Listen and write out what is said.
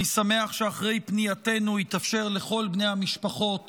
אני שמח שאחרי פנייתנו התאפשר לכל בני המשפחות